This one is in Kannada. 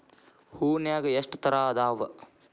ಹೂನ್ಯಾಗ ಎಷ್ಟ ತರಾ ಅದಾವ್?